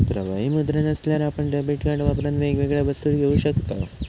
प्रवाही मुद्रा नसल्यार आपण डेबीट कार्ड वापरान वेगवेगळ्या वस्तू घेऊ शकताव